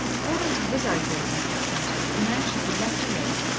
according to his ideas in such matters a man should be left alone.